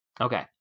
Okay